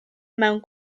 mewn